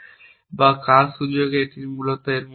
বা কার সুযোগ এখানে মূলত এর মধ্যে পড়ে